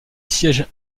siège